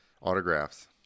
autographs